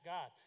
God